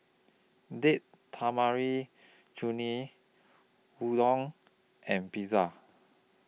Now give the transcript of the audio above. Date Tamarind Chutney Udon and Pizza